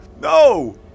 No